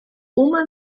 uma